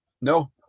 No